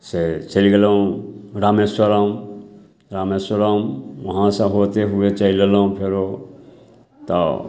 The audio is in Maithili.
से चलि गेलहुँ रामेश्वरम रामेश्वरम वहाँ से होते हुए चलि अएलहुँ फेरो तऽ